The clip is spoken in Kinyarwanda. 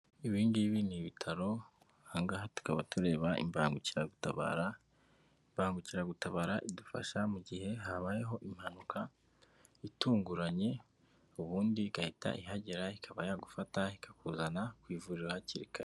Ibi ngibi ni ibitaro aha ngaha tukaba tureba imbangukiragutabara, imbangukiragutabara idufasha mu gihe habayeho impanuka itunguranye, ubundi igahita ihagera ikaba yagufata ikakuzana ku ivuriro hakiri kare.